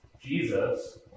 Jesus